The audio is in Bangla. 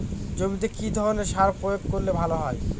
জমিতে কি ধরনের সার প্রয়োগ করলে ভালো হয়?